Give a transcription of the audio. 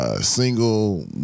single